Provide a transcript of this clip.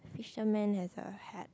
fisherman has a hat